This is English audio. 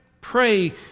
pray